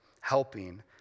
helping